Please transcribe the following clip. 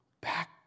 Back